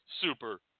super